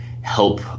help